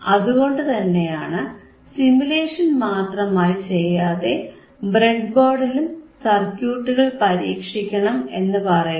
അതുകൊണ്ടുതന്നെയാണ് സിമുലേഷൻ മാത്രമായി ചെയ്യാതെ ബ്രെഡ്ബോർഡിലും സർക്യൂട്ടുകൾ പരീക്ഷിക്കണം എന്നു പറയുന്നത്